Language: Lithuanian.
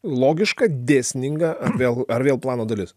logiška dėsninga vėl ar vėl plano dalis